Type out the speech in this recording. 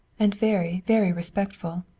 and very, very respectful.